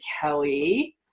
Kelly